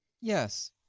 Yes